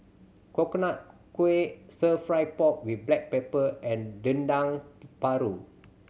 Coconut Kuih Stir Fry pork with black pepper and Dendeng Paru